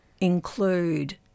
include